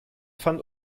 fand